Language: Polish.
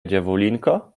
dziewulinko